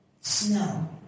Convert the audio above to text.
snow